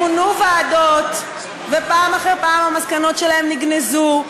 מונו ועדות, ופעם אחרי פעם המסקנות שלהן נגנזו.